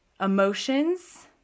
emotions